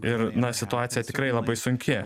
ir na situacija tikrai labai sunki